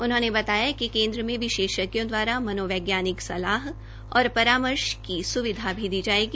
उन्होंने बताया कि केन्द्र में विशेषज्ञों दवारा मनोवैज्ञानिक सलाह और परामर्श की स्विधा भी दी जायेगी